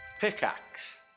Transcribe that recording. pickaxe